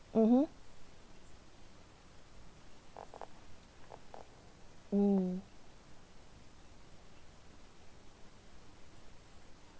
mmhmm mm